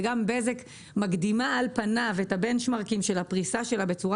וגם בזק מקדימה על פניו את הבנצ' מרקינג של הפריסה שלה בצורה